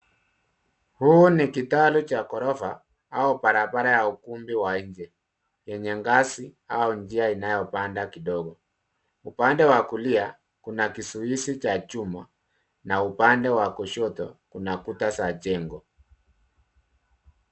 Huu ni kitalu cha ghorofa au barabara ya ukumbi wa nje yenye ngazi au njia inayopanda kidogo. Upande wa kulia kuna kizuizi cha chuma na upande wa kushoto kuna kuta za jengo.